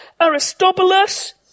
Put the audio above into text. Aristobulus